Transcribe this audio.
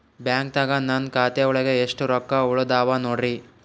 ಬ್ಯಾಂಕ್ದಾಗ ನನ್ ಖಾತೆ ಒಳಗೆ ಎಷ್ಟ್ ರೊಕ್ಕ ಉಳದಾವ ನೋಡ್ರಿ?